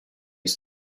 les